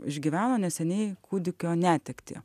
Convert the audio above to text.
išgyveno neseniai kūdikio netektį